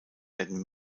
werden